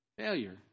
failure